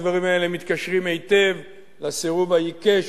הדברים האלה מתקשרים היטב לסירוב העיקש,